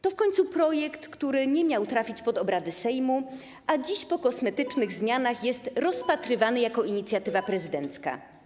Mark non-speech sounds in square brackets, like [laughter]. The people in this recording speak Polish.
To w końcu projekt, który nie miał trafić pod obrady Sejmu, a dziś po kosmetycznych zmianach [noise] jest rozpatrywany jako inicjatywa prezydencka.